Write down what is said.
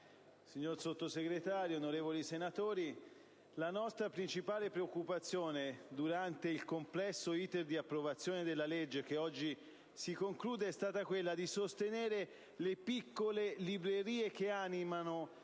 signor Sottosegretario, onorevoli senatori, la nostra principale preoccupazione, durante il complesso *iter* di approvazione della legge che oggi si conclude, è stata quella di sostenere le piccole librerie che animano